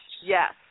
Yes